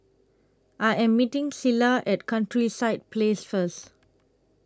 I Am meeting Cilla At Countryside Place First